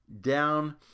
down